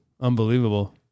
unbelievable